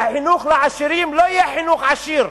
והחינוך לעשירים לא יהיה חינוך עשיר.